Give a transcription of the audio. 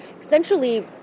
essentially